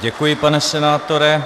Děkuji, pane senátore.